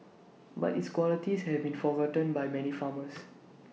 but its qualities have been forgotten by many farmers